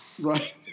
Right